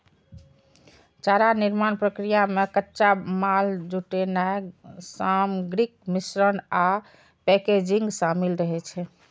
चारा निर्माण प्रक्रिया मे कच्चा माल जुटेनाय, सामग्रीक मिश्रण आ पैकेजिंग शामिल रहै छै